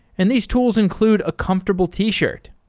and these tools include a comfortable t-shirt.